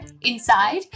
inside